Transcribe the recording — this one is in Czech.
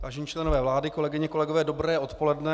Vážení členové vlády, kolegyně, kolegové dobré odpoledne.